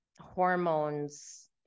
Hormones